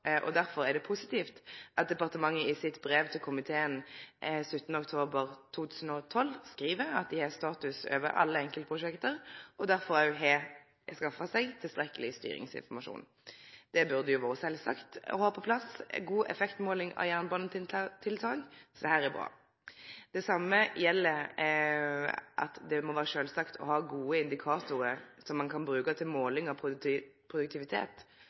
det positivt at departementet i sitt brev til komiteen den 7. november 2012 skriv at dei har oversikt over status i alle enkeltprosjekt og derfor òg har skaffa seg tilstrekkeleg styringsinformasjon. Det burde vere sjølvsagt å ha på plass ei god effektmåling av jernbanetiltak, så dette er bra. Det same gjeld gode indikatorar – det må vere sjølvsagt at ein har det – som ein kan bruke til måling av produktivitet,